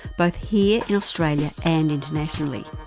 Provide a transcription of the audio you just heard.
both here in australia and internationally.